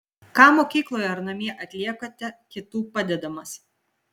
ką mokykloje ar namie atliekate kitų padedamas